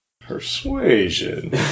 Persuasion